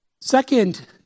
Second